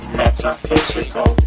metaphysical